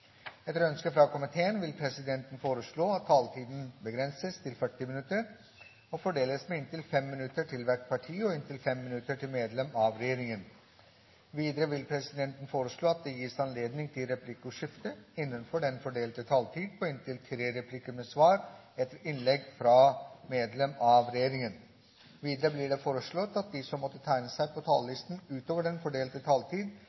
hvert parti og inntil 5 minutter til medlem av regjeringen. Videre vil presidenten foreslå at det gis anledning til replikkordskifte – på inntil tre replikker med svar etter innlegg fra medlem av regjeringen – innenfor den fordelte taletid. Videre blir det foreslått at de som måtte tegne seg på talerlisten utover den fordelte taletid,